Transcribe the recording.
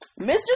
Mr